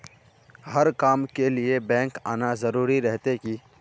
हर काम के लिए बैंक आना जरूरी रहते की?